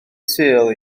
sul